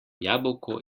jabolko